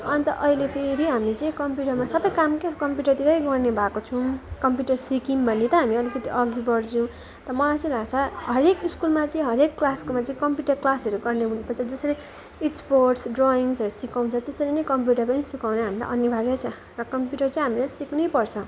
अन्त अहिले फेरि हामी चाहिँ कम्प्युटरमा सबै काम क्या कम्प्युटरतिरै गर्ने भएको छौँ कम्प्युटर सिक्यौँ भने त हामी अलिकति अघि बढ्छौँ त मलाई चाहिँ लाग्छ हरेक स्कुलमा चाहिँ हरेक क्लासकोमा चाहिँ कम्प्युटर क्लासहरू गर्ने हुनुपर्छ जसरी स्पोर्टस् ड्रयिङ्सहरू सिकाउँछ त्यसरी नै कम्प्युटर पनि सिकाउने हामीलाई अनिवार्यै छ र कम्प्युटर चाहिँ हामीले सिक्नै पर्छ